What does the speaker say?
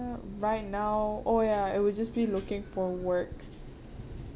uh right now oh ya it will just be looking for work